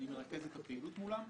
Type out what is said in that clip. מרכז את הפעילות שלה.